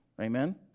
Amen